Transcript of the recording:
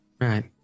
right